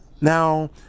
Now